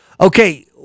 Okay